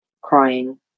crying